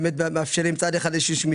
שלכאורה הם באמת מאפשרים צד אחד של מסגור,